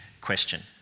question